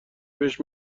بهش